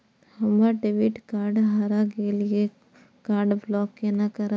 हमर debit card हरा गेल ये कार्ड ब्लॉक केना करब?